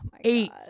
eight